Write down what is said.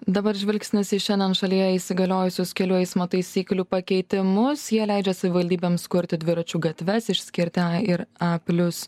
dabar žvilgsnis į šiandien šalyje įsigaliojusius kelių eismo taisyklių pakeitimus jie leidžia savivaldybėms kurti dviračių gatves išskirti a ir a plius